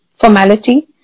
formality